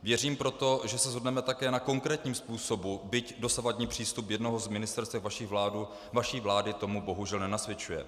Věřím proto, že se shodneme také na konkrétním způsobu, byť dosavadní přístup jednoho z ministerstev vaší vlády tomu bohužel nenasvědčuje.